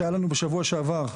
שהיה לנו בשבוע שעבר.